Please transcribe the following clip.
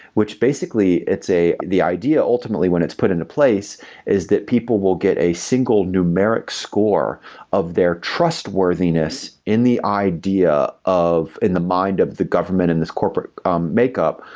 which basically it's a the idea ultimately when it's put into place is that people will get a single numeric score of their trustworthiness in the idea of in the mind of the government in this corporate makeup,